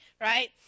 right